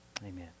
Amen